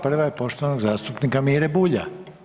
Prva je poštovanog zastupnika Mire Bulja.